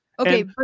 Okay